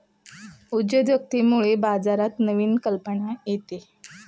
उद्योजकतेमुळे बाजारात नवीन कल्पना येते